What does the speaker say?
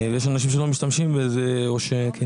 יש אנשים שלא משתמשים בזה או שלא